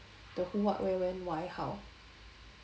the who what where when why how